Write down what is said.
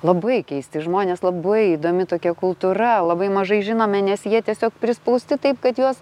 labai keisti žmonės labai įdomi tokia kultūra labai mažai žinome nes jie tiesiog prispausti taip kad juos